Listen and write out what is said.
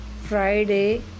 Friday